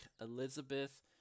Elizabeth